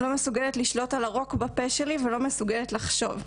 לא מסוגלת לשלוט על הרוק בפה שלי ולא מסוגלת לחשוב.